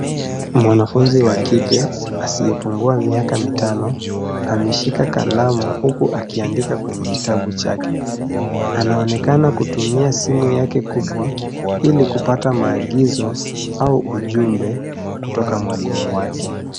Mwanafunzi wa kike asiyepungua miaka mitano ameshika kalamu huku akiandika kwenye kitabu chake. Anaonekana kutumia simu yake kubwa ili kupata maagizo au ujumbe kutoka mwalimu wake.